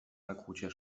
nakłucia